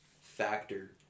factor